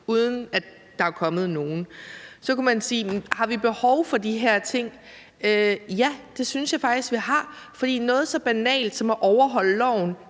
uden at der er kommet nogen. Så kunne man sige: Men har vi behov for de her ting? Ja, det synes jeg faktisk vi har, for noget så banalt som at overholde loven